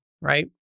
right